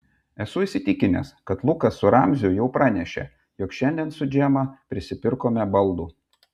esu įsitikinęs kad lukas su ramziu jau pranešė jog šiandien su džema prisipirkome baldų